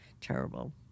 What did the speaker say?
Terrible